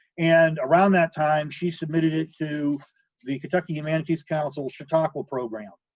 and around that time she submitted it to the kentucky humanities council chautauqua program,